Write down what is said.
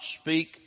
speak